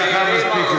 יש לך מספיק זמן.